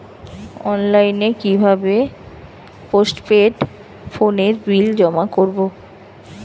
অনলাইনে কি ভাবে পোস্টপেড ফোনের বিল জমা করব?